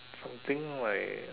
something like